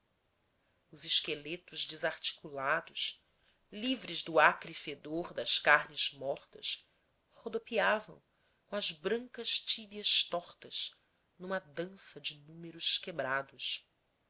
os esqueletos desarticulados livres do acre fedor das carnes mortas rodopiavam com as brancas tíbias tortas numa dança de números quebrados